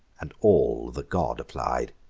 and all the god applied.